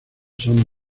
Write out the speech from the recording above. son